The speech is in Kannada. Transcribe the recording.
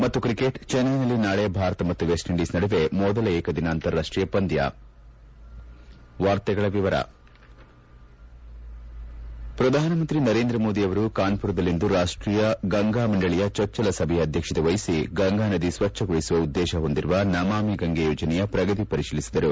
ಮತ್ತು ಕ್ರಿಕೆಟ್ ಚೆನ್ನೈನಲ್ಲಿ ನಾಳೆ ಭಾರತ ಮತ್ತು ವೆಸ್ಟ್ ಇಂಡೀಸ್ ನಡುವೆ ಮೊದಲ ಏಕದಿನ ಅಂತಾರಾಷ್ಲೀಯ ಪಂದ್ಯ ಪ್ರಧಾನಮಂತ್ರಿ ನರೇಂದ್ರ ಮೋದಿ ಅವರು ಕಾನುರದಲ್ಲಿಂದು ರಾಷ್ಷೀಯ ಗಂಗಾ ಮಂಡಳಿಯ ಚೊಚ್ಚಲ ಸಭೆಯ ಅಧ್ಯಕ್ಷತೆ ವಹಿಸಿ ಗಂಗಾ ನದಿ ಸ್ವಜ್ಜಗೊಳಿಸುವ ಉದ್ವೇಶ ಹೊಂದಿರುವ ನಮಾಮಿ ಗಂಗೆ ಯೋಜನೆಯ ಪ್ರಗತಿ ಪರಿತೀಲಿಸಿದರು